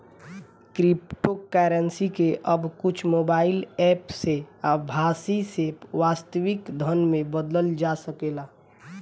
cryptocurrency के अब कुछ मोबाईल एप्प से आभासी से वास्तविक धन में बदलल जा सकेला